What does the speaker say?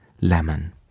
Lemon